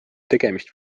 tegemist